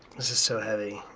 this is so heavy.